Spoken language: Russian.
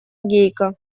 гейка